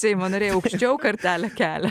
seimo nariai aukščiau kartelę kelia